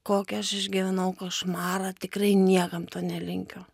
kokį aš išgyvenau košmarą tikrai niekam to nelinkiu